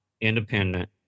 independent